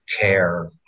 care